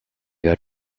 got